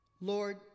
Lord